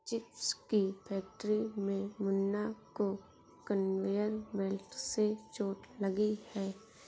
chips की factory में मुन्ना को कन्वेयर बेल्ट से चोट लगी है